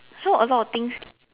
so a lot of things